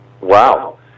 Wow